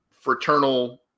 fraternal –